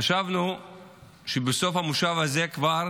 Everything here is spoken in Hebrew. חשבנו שבסוף המושב הזה כבר